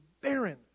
barren